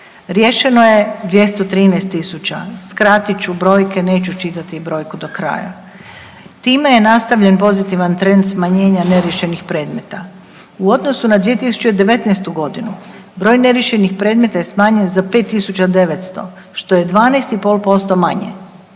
Riješeno je 213.000, skratit ću brojke, neću čitati brojku do kraja, time je nastavljen pozitivan trend smanjenja neriješenih predmeta. U odnosu na 2019.g. broj neriješenih predmeta je smanjen za 5.900 što je 12,5% manje.